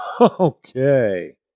Okay